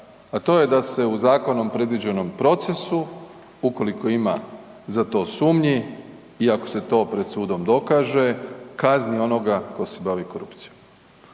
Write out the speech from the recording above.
a to je da se u zakonom predviđenom procesu ukoliko ima za to sumnji i ako se to pred sudom dokaže kazni onoga tko se bavi korupcijom.